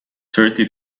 thirty